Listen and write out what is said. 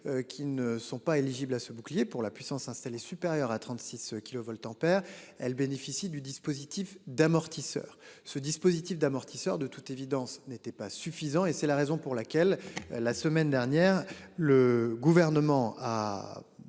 qui ne sont pas éligible à ce bouclier pour la puissance installée supérieure à 36 kilovoltampères. Elle bénéficie du dispositif d'amortisseurs ce dispositif d'amortisseur de toute évidence n'était pas suffisant et c'est la raison pour laquelle la semaine dernière, le gouvernement a.